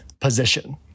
position